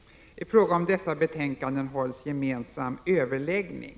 I fråga om dessa betänkanden hålls gemensam överläggning.